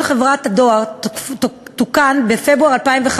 רישיון חברת הדואר תוקן בפברואר 2015